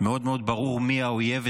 מאוד מאוד ברור מי האויב,